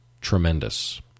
tremendous